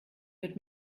wird